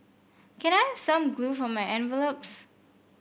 can I have some glue for my envelopes